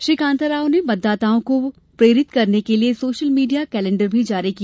श्री कांताराव ने मतदाताओं को प्रेरित करने के लिये सोशल मीडिया कैलेण्डर भी जारी किया